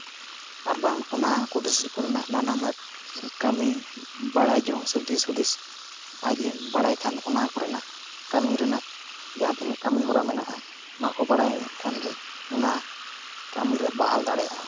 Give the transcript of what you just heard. ᱟᱨ ᱵᱟᱝ ᱚᱱᱟ ᱠᱩᱴᱤᱨ ᱥᱤᱞᱯᱚ ᱨᱮᱱᱟᱜ ᱱᱟᱱᱟᱦᱩᱱᱟᱹᱨ ᱠᱟᱹᱢᱤ ᱵᱟᱲᱟᱭ ᱡᱚᱝ ᱥᱮ ᱫᱤᱥᱦᱩᱫᱤᱥ ᱟᱡᱼᱮ ᱵᱟᱲᱟᱭ ᱠᱷᱟᱱ ᱚᱱᱟ ᱠᱚᱨᱮᱱᱟᱜ ᱠᱟᱹᱢᱤ ᱨᱮᱱᱟᱜ ᱡᱟᱦᱟᱸ ᱛᱤᱱᱟᱹᱜ ᱠᱟᱹᱢᱤ ᱦᱚᱨᱟ ᱢᱮᱱᱟᱜᱼᱟ ᱚᱱᱟ ᱠᱚ ᱵᱟᱲᱟᱭ ᱠᱷᱟᱱ ᱜᱮ ᱚᱱᱟ ᱠᱟᱹᱢᱤ ᱨᱮ ᱵᱟᱦᱟᱥ ᱫᱟᱲᱮᱭᱟᱜᱼᱟ